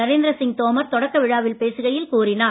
நரேந்திரசிங் தோமர் தொடக்க விழாவில் பேசுகையில் கூறினார்